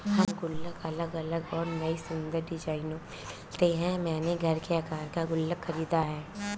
अब गुल्लक अलग अलग और नयी सुन्दर डिज़ाइनों में मिलते हैं मैंने घर के आकर का गुल्लक खरीदा है